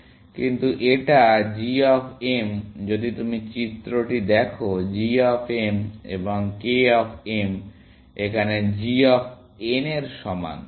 কিন্তু এটা g of m যদি তুমি চিত্রটি দেখো g অফ m এবং k অফ m এখানে g অফ n এর সমান